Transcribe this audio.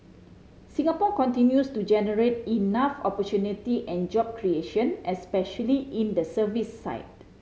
Singapore continues to generate enough opportunity and job creation especially in the services side